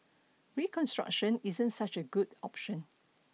reconstruction isn't such a good option